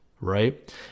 right